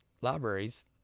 libraries